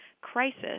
crisis